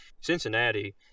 cincinnati